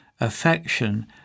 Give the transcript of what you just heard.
affection